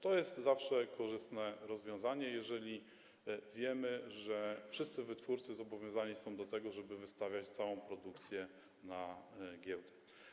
To jest zawsze korzystne rozwiązanie, jeżeli wiemy, że wszyscy wytwórcy zobowiązani są do tego, żeby wystawiać całą produkcję na giełdę.